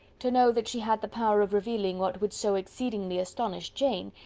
to know that she had the power of revealing what would so exceedingly astonish jane,